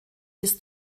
bis